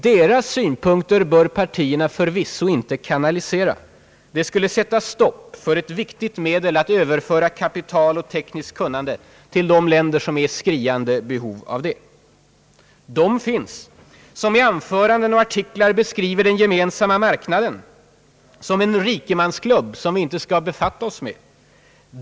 Deras synpunkter bör partierna förvisso inte »kanalisera»; det skulle sätta stopp för ett viktigt medel att överföra kapital och tekniskt kunnande till de länder som är i skriande behov av det. De finns som i anförande och artiklar beskriver den gemensamma marknaden som en »rikemansklubb» som vi inte skall befatta oss med.